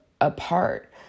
apart